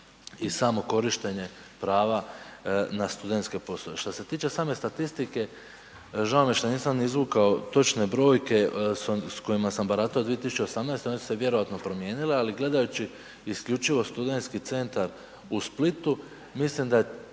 i samo korištenje prava na studentske poslove. Što se tiče same statistike žao mi je šta nisam izvukao točne brojke s kojima sam baratao 2018. one su se vjerojatno promijenile, ali gledajući isključivo studentski centar u Splitu mislim da je